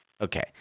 Okay